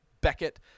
Beckett